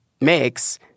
makes